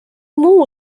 muu